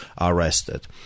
arrested